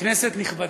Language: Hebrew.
כנסת נכבדה,